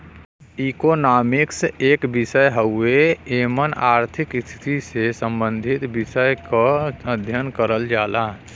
economics एक विषय हउवे एमन आर्थिक स्थिति से सम्बंधित विषय क अध्ययन करल जाला